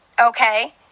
okay